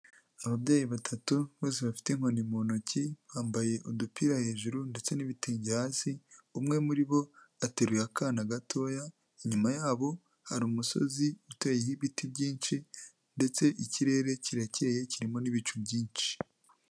Ababyeyi batatu bose bafite inkoni mu ntoki bambaye udupira hejuru ndetse n'ibitenge hasi umwe muri bo ateruye akana gatoya, inyuma yabo hari umusozi uteye ibiti byinshi ndetse ikirere kirekereye kirimo n'ibicu byinshi.